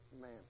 Man